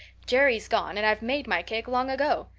jerry's gone and i've made my cake long ago.